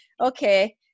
okay